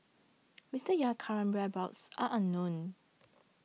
Mister Aye's current whereabouts are unknown